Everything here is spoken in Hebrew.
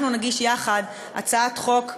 אנחנו נגיש יחד הצעת חוק שמחייבת,